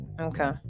Okay